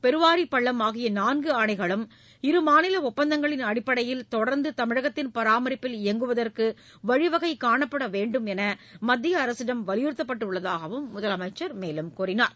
பெருவாரிப்பள்ளம் ஆகிய நான்கு அணைகளும் இருமாநில ஒப்பந்தங்களின் அடிப்படையில் தொடர்ந்து தமிழகத்தின் பராமரிப்பில் இயங்குவதற்கு வழிவகை காணப்பட வேண்டும் என மத்திய அரசிடம் வலியுறுத்தப்பட்டு உள்ளதாகவும் முதலமைச்சர் கூறினார்